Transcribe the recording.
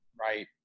right